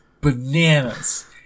bananas